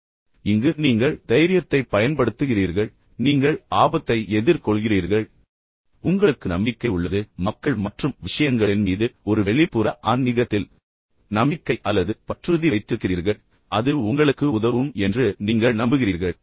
எனவே இந்த பக்கத்தை நீங்கள் பார்த்தால் நீங்கள் தைரியத்தைப் பயன்படுத்துகிறீர்கள் நீங்கள் ஆபத்தை எதிர் கொள்கிறீர்கள் பின்னர் உங்களுக்கு நம்பிக்கை உள்ளது பின்னர் நீங்கள் மக்கள் மற்றும் விஷயங்களில் விஷயங்களில் மீது ஒரு வெளிப்புற ஆன்மீகத்தில் நம்பிக்கை அல்லது பற்றுறுதி வைத்திருக்கிறீர்கள் அது உங்களுக்கு உதவும் என்று நீங்கள் நம்புகிறீர்கள்